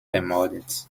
ermordet